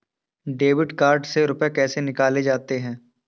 Debit card से रुपये कैसे निकाले जाते हैं?